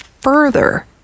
further